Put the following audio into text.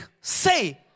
say